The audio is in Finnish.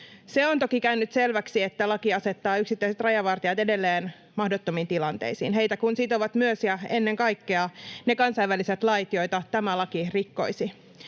Se on toki käynyt selväksi, että laki asettaa yksittäiset rajavartijat edelleen mahdottomiin tilanteisiin, heitä kun sitovat myös ja ennen kaikkea ne kansainväliset lait, joita tämä laki rikkoisi.